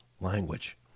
language